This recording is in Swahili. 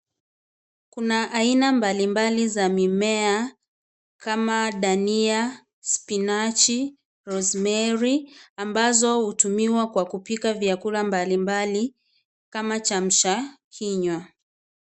Kuna aina mbalimbali za mimea kama dania, spinachi, rosemary, ambazo hutumiwa kwa kupika vyakula mbalimbali kama kiamsha, kinywa.